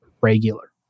Regular